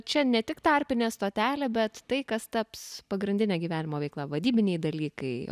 čia ne tik tarpinė stotelė bet tai kas taps pagrindine gyvenimo veikla vadybiniai dalykai